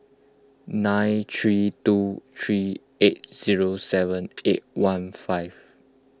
nine three two three eight zero seven eight one five